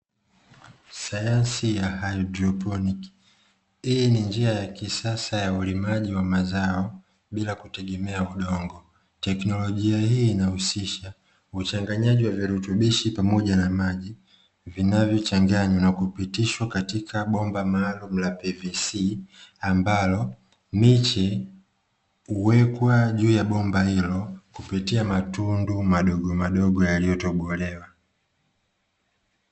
Sayansi ya haidroponi hii ni njia ya kisasa ya ulimaji wa mazao bila kutegemea udongo, teknolojia hii huhusisha uchanganyaji wa virutubisho na maji vinavyochanganywa na kupitishwa katika bomba maalumu la pvc ambalo miche huwekwa juu ya bomba hilo kupitia matundu madogo madogo yaliyotobolewa.